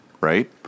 right